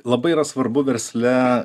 labai yra svarbu versle